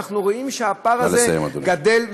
אנחנו רואים שהפער הזה גדל וגדל.